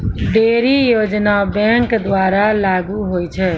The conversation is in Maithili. ढ़ेरी योजना बैंक द्वारा लागू होय छै